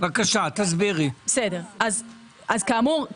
אז כאמור,